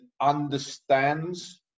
understands